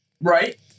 Right